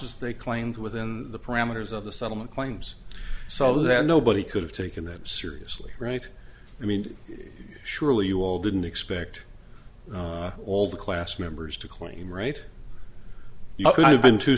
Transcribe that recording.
as they claimed within the parameters of the settlement claims so that nobody could have taken that seriously right i mean surely you all didn't expect all the class members to claim right